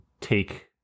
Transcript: take